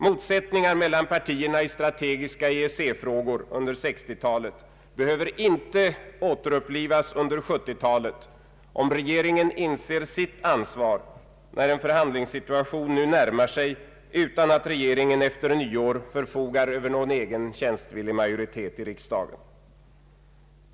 Motsättningar mellan partierna i strategiska EEC-frågor under 1960-talet behöver inte återupplivas under 1970-talet, om regeringen inser sitt ansvar när en förhandlingssituation nu närmar sig utan att regeringen efter nyår förfogar över någon egen tjänstvillig majoritet i riksdagen.